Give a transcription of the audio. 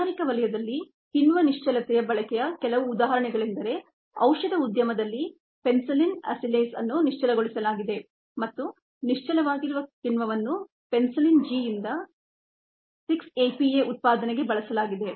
ಕೈಗಾರಿಕಾ ವಲಯದಲ್ಲಿ ಕಿಣ್ವ ನಿಶ್ಚಲತೆಯ ಬಳಕೆಯ ಕೆಲವು ಉದಾಹರಣೆಗಳೆಂದರೆ ಔಷಧ ಉದ್ಯಮದಲ್ಲಿ ಪೆನಿಸಿಲಿನ್ ಅಸಿಲೇಸ್ಅನ್ನು ನಿಶ್ಚಲಗೊಳಿಸಲಾಗಿದೆ ಮತ್ತು ನಿಶ್ಚಲವಾಗಿರುವ ಕಿಣ್ವವನ್ನು ಪೆನ್ಸಿಲಿನ್ G ಯಿಂದ 6 APA ಉತ್ಪಾದನೆಗೆ ಬಳಸಲಾಗಿದೆ